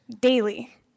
daily